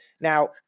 Now